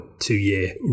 two-year